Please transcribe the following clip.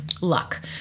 luck